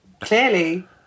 clearly